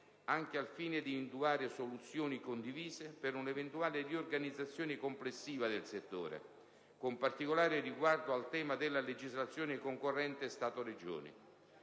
anche al fine di individuare soluzioni condivise per una eventuale riorganizzazione complessiva del settore, con particolare riguardo al tema della legislazione concorrente Stato-Regioni.